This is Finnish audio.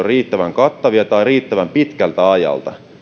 riittävän kattavia ja riittävän pitkältä ajalta